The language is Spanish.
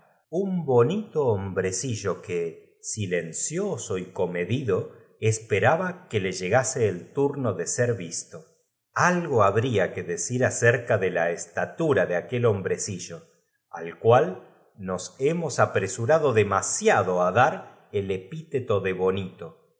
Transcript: un bonito hombrecillo que silencioso y comedido esperaba que le llegase el turno de ser visto algo ha bria que decir acerca de la estatura de aquel hombrecillo al cual nos hemos apresurado demasiado á dar el epíteto de l bonito